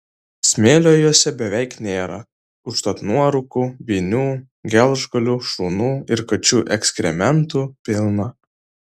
smėlio jose beveik nėra užtat nuorūkų vinių gelžgalių šunų ir kačių ekskrementų pilna